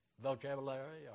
vocabulary